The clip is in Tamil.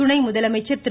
துணைமுதலமைச்சர் திரு